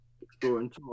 exploring